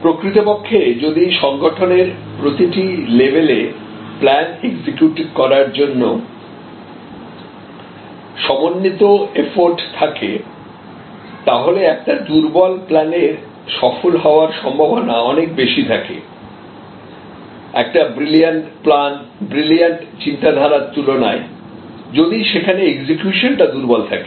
প্রকৃতপক্ষে যদি সংগঠনের প্রতিটি লেভেলে প্ল্যান এক্সিকিউট করার জন্য সমন্বিত এফোর্ট থাকেতাহলে একটা দুর্বল প্ল্যানের সফল হওয়ার সম্ভাবনা অনেক বেশি থাকে একটা ব্রিলিয়ান্ট প্লান ব্রিলিয়ান্ট চিন্তাধারার তুলনায় যদি সেখানে এক্সিকিউশন টা দুর্বল থাকে